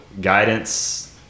guidance